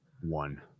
one